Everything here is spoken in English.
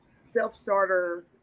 self-starter